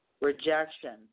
rejection